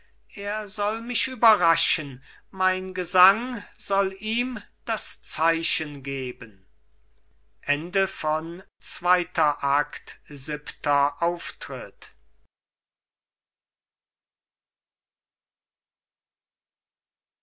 er soll mich überraschen mein gesang soll ihm das zeichen geben